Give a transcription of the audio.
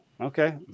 Okay